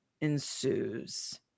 ensues